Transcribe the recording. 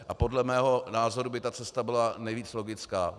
A podle mého názoru by ta cesta byla nejvíc logická.